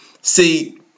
see